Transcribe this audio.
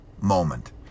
moment